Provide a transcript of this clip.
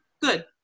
good